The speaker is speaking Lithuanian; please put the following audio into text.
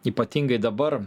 ypatingai dabar